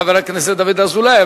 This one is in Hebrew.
חבר הכנסת דוד אזולאי,